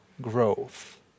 growth